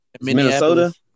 Minnesota